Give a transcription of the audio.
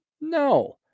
No